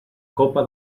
copa